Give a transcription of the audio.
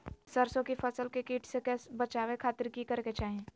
सरसों की फसल के कीट से बचावे खातिर की करे के चाही?